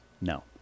No